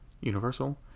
Universal